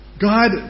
God